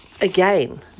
again